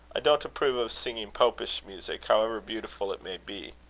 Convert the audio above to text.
i don't approve of singing popish music, however beautiful it may be.